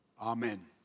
Amen